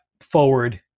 forward